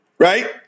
Right